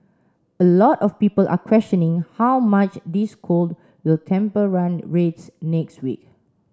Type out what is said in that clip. a lot of people are questioning how much this cold will temper run rates next week